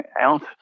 out